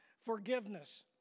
forgiveness